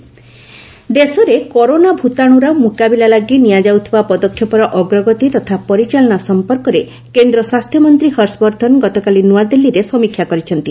corona ଭାଇସର୍ review ଦେଶରେ corona ଭୂତାଣୁର ମୁକାବିଲା ଲାଗି ନିଆଯାଉଥିବା ପଦକ୍ଷେପର ଅଗ୍ରଗତି ତଥା ପରିଚାଳନା ସମ୍ପର୍କରେ କେନ୍ଦ୍ର ସ୍ୱାସ୍ଥ୍ୟମନ୍ତ୍ରୀ ହର୍ଷବର୍ଦ୍ଧନ ଗତକାଲି ନୂଆଦିଲ୍ଲୀରେ ସମୀକ୍ଷା କରିଛନ୍ତି